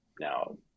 Now